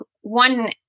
one